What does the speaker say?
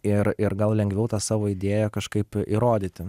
ir ir gal lengviau tą savo idėją kažkaip įrodyti